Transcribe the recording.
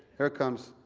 here it comes.